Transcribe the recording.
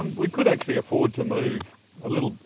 um we could actually afford to move a little,